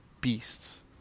beasts